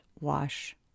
wash